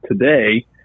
today